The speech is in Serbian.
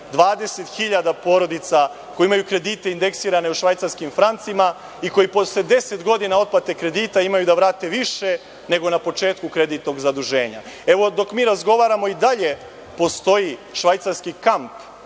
hiljada porodice koji imaju kredite indeksirane u švajcarskim francima i koji posle 10 godina otplate kredita treba da vrate više, nego na početku kreditnog zaduženja. Dok mi razgovaramo i dalje postoji švajcarski kamp